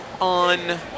on